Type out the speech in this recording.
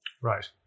Right